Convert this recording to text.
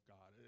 God